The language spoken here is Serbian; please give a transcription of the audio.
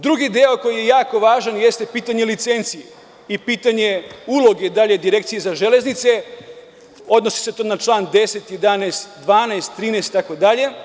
Drugi deo koji je jako važan jeste pitanje licenci i pitanje dalje uloge Direkcije za železnice, odnosi se to na član 10, 11, 12, 13, itd.